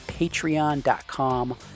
Patreon.com